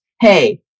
hey